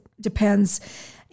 depends